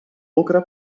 lucre